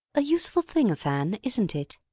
a useful thing a fan, isn't it.